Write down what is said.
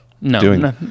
no